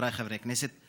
חבריי חברי הכנסת,